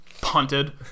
punted